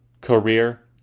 career